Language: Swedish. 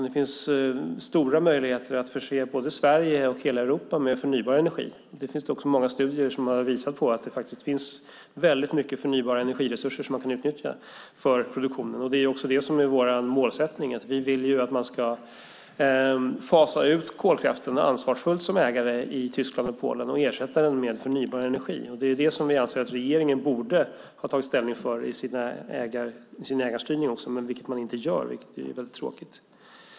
Det finns stora möjligheter att förse både Sverige och hela Europa med förnybar energi. Det finns också många studier som har visat att det finns mycket förnybara energiresurser som man kan utnyttja för produktion. Det är också det som är vår målsättning; vi vill att man ska fasa ut kolkraften ansvarsfullt som ägare i Tyskland och Polen och ersätta den med förnybar energi. Det är det som vi anser att regeringen borde ha tagit ställning för i sin ägarstyrning, vilket den inte gör. Det är tråkigt.